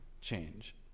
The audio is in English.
change